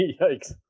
Yikes